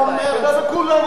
כולם אותו הדבר.